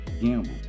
gamble